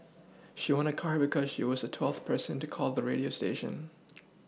she won a car because she was the twelfth person to call the radio station